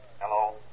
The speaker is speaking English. Hello